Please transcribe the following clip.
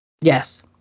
Yes